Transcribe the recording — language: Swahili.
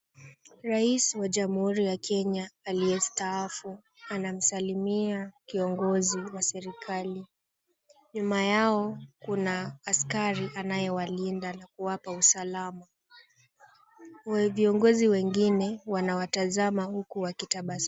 Rais wa Jamhuri ya Kenya aliyestaafu anamsalimia kiongozi wa serikali. Nyuma yao kuna askari anayewalinda na kuwapa usalama. Viongozi wengine wanawatazama huku wakitabasamu.